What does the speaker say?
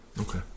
Okay